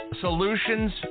solutions